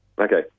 Okay